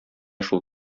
шул